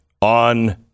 on